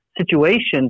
situation